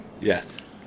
yes